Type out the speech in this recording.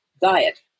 diet